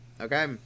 Okay